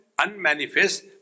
unmanifest